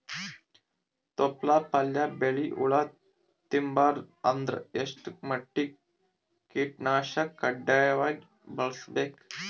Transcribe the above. ತೊಪ್ಲ ಪಲ್ಯ ಬೆಳಿ ಹುಳ ತಿಂಬಾರದ ಅಂದ್ರ ಎಷ್ಟ ಮಟ್ಟಿಗ ಕೀಟನಾಶಕ ಕಡ್ಡಾಯವಾಗಿ ಬಳಸಬೇಕು?